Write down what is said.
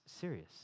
serious